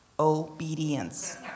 Obedience